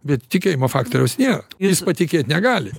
bet tikėjimo faktoriaus nėra ir jis patikėt negali